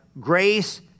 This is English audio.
Grace